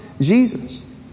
Jesus